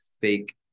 fake